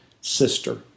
sister